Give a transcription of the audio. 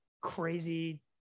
crazy